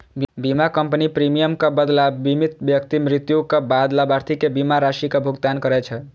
बीमा कंपनी प्रीमियमक बदला बीमित व्यक्ति मृत्युक बाद लाभार्थी कें बीमा राशिक भुगतान करै छै